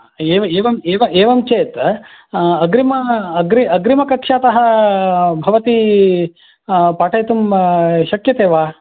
एव एवं एवं चेत् अग्रिम अग्रि अग्रिमकक्षातः भवती पाठयितुं शक्यते वा